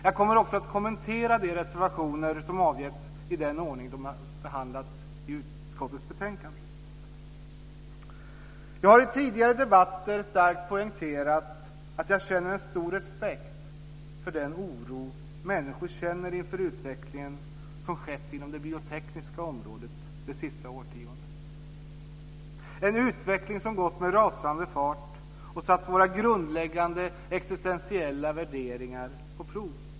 Jag kommer också att kommentera de reservationer som avgivits i den ordning de har behandlats i lagutskottets betänkande. Jag har i tidigare debatter starkt poängterat att jag känner en stor respekt för den oro som människor känner inför den utveckling som har skett inom det biotekniska området under det sista årtiondet. Denna utveckling, som gått med rasande fart, har satt våra grundläggande existentiella värderingar på prov.